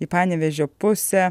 į panevėžio pusę